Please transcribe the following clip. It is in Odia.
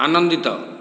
ଆନନ୍ଦିତ